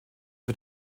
für